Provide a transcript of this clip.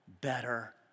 better